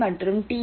ஏ மற்றும் டி